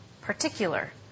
particular